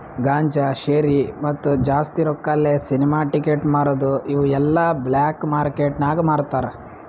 ಗಾಂಜಾ, ಶೇರಿ, ಮತ್ತ ಜಾಸ್ತಿ ರೊಕ್ಕಾಲೆ ಸಿನಿಮಾ ಟಿಕೆಟ್ ಮಾರದು ಇವು ಎಲ್ಲಾ ಬ್ಲ್ಯಾಕ್ ಮಾರ್ಕೇಟ್ ನಾಗ್ ಮಾರ್ತಾರ್